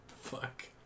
Fuck